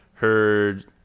heard